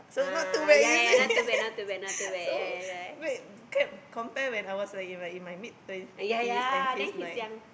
so not too bad you see so wait can compare when I was uh in my in my mid twenties and his like